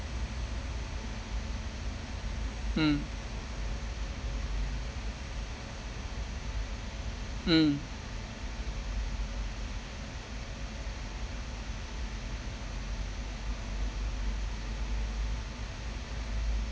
mm mm